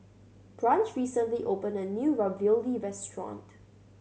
Branch recently opened a new Ravioli restaurant